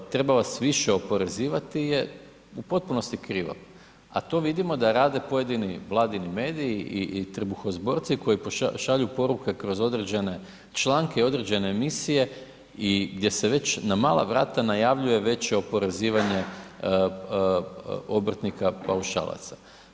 Treba vas više oporezivati je u potpunosti krivo a to vidimo da rade pojedini vladini mediji i trbuhozborci koji šalju poruke kroz određene članke i određene misije i gdje se već na mala vrata najavljuje veće oporezivanje obrtnika paušalaca.